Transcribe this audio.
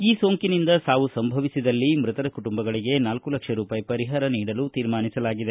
ಈ ಸೋಂಕಿನಿಂದ ಸಾವು ಸಂಭವಿಸಿದಲ್ಲಿ ಮೃತರ ಕುಟುಂಬಗಳಿಗೆ ನಾಲ್ಕು ಲಕ್ಷ ರೂಪಾಯಿ ಪರಿಹಾರ ನೀಡಲು ತೀರ್ಮಾನಿಸಲಾಗಿದೆ